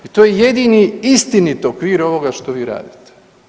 I to je jedini istinit okvir ovoga što vi radite.